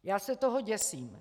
Já se toho děsím!